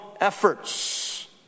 efforts